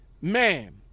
man